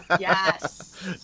Yes